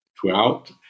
throughout